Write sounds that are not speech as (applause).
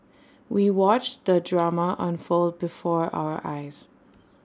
we watched the (noise) drama unfold before our eyes